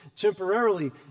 temporarily